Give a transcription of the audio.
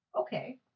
Okay